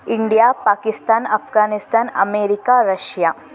India Pakistan Afghanistan America Russia